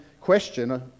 question